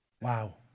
Wow